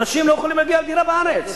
אנשים לא יכולים להגיע לדירה בארץ.